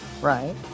Right